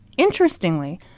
Interestingly